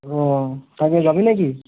অঁ তাকে যাবি নেকি